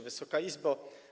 Wysoka Izbo!